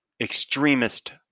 extremist